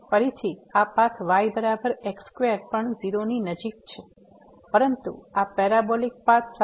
ફરીથી આ path y બરાબર x2 પણ 0 ની નજીક છે પરંતુ આ પેરાબોલિક પાથ સાથે